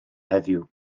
heddiw